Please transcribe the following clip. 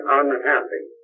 unhappy